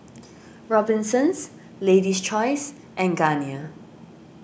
Robinsons Lady's Choice and Garnier